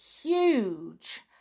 huge